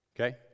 Okay